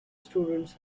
students